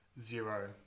Zero